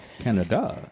Canada